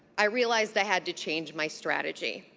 i realized i had to change my strategy.